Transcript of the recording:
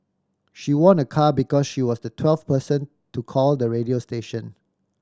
she won a car because she was the twelfth person to call the radio station